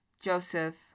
Joseph